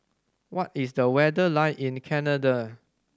what is the weather like in Canada